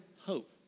hope